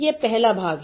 यह पहला भाग है